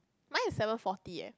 mine is seven forty eh